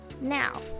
Now